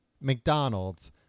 McDonald's